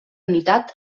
unitat